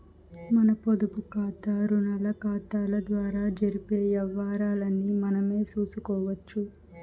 మన పొదుపుకాతా, రుణాకతాల ద్వారా జరిపే యవ్వారాల్ని మనమే సూసుకోవచ్చు